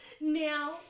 Now